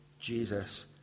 Jesus